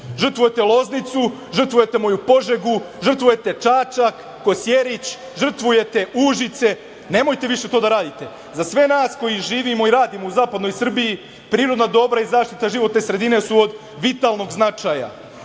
Žrtvujete Loznicu, žrtvujete moju Požegu, žrtvujete Čačak, Kosjerić, žrtvujete Užice. Nemojte više to da radite.Za sve nas koji živimo i radimo u zapadnoj Srbiji prirodna dobra i zaštita životne sredine su od vitalnog značaja